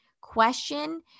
question